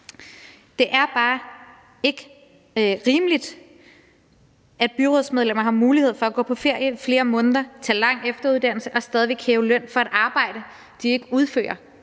Det er bare ikke rimeligt, at byrådsmedlemmer har mulighed for at gå på ferie i flere måneder, tage lang efteruddannelse og stadig væk hæve løn for et arbejde, de ikke udfører.